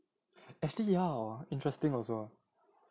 actually ya hor interesting also